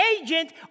agent